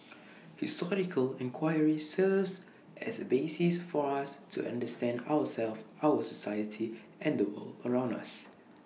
historical enquiry serves as A basis for us to understand ourselves our society and the world around us